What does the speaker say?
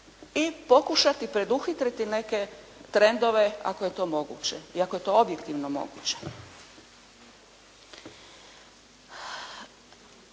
I pokušati preduhitriti neke trendove ako je to moguće i ako je to objektivno moguće.